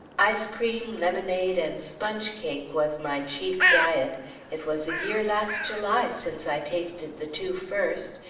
ice-cream, lemonade, and sponge cake was my chief diet it was a year last july since i tasted the two first,